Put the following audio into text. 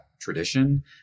tradition